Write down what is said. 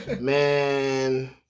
Man